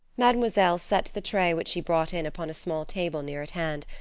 mademoiselle set the tray which she brought in upon a small table near at hand,